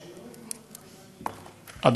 אין בעיה.